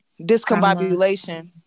discombobulation